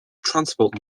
transport